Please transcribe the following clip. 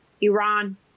Iran